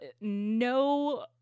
no